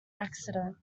accident